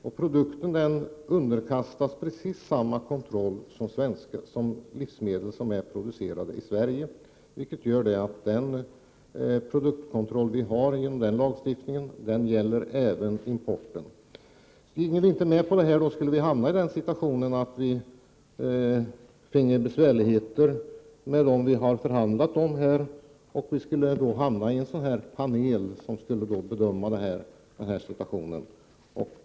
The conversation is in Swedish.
Och produkterna underkastas precis samma kontroll som livsmedel, producerade i Sverige. Produktkontrollagen gäller även för importen. Om vi inte följde reglerna skulle vi råka i besvärligheter i förhållande till dem vi har förhandlat med. Frågan skulle då få bedömas av en panel, som fick ta ställning.